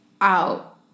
out